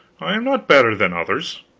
i am not better than others.